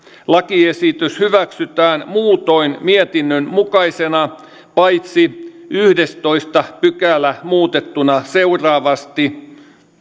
lakiesitys hyväksytään muutoin mietinnön mukaisena paitsi yhdestoista pykälä muutettuna seuraavasti